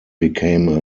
became